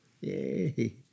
Yay